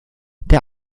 der